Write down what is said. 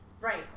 Right